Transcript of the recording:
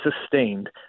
sustained